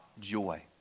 joy